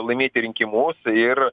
laimėti rinkimus ir